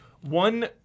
one